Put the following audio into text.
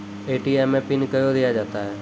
ATM मे PIN कयो दिया जाता हैं?